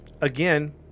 again